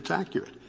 accurate.